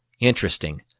Interesting